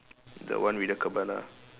the one with the cabana